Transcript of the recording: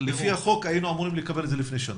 לפי החוק היינו אמורים לקבל את זה לפני שנה.